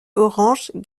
orange